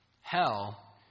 Hell